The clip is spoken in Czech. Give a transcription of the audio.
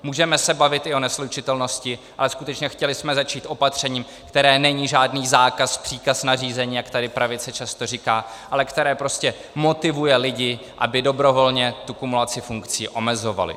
Můžeme se bavit i o neslučitelnosti, ale skutečně chtěli jsme začít opatřením, které není žádný zákaz, příkaz, nařízení, jak tady pravice často říká, ale které prostě motivuje lidi, aby dobrovolně tu kumulaci funkcí omezovali.